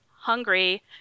hungry